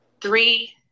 three